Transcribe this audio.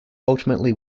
ultimately